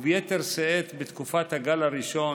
וביתר שאת בתקופת הגל הראשון,